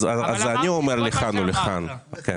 אני אומר לכאן או לכאן.